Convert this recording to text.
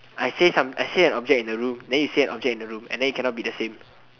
I say some I say an object in the room then you say an object in the room and it cannot be the same